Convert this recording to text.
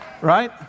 right